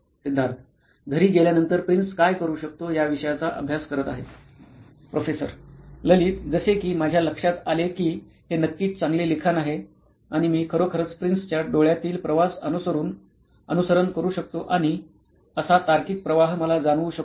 सिद्धार्थ घरी गेल्यानंतर प्रिन्स काय करू शकतो या विषयाचा अभ्यास करत आहे प्रोफेसर ललित जसे की माझ्या लक्षात आले की हे नक्कीच चांगले लिखाण आहे आणि मी खरोखरच प्रिन्स च्या डोळ्यातील प्रवास अनुसरण करू शकतो आणि असा तार्किक प्रवाह मला जाणवू शकतो